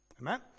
Amen